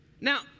Now